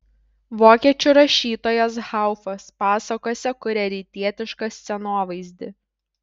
vokiečių rašytojas haufas pasakose kuria rytietišką scenovaizdį